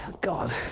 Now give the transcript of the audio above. God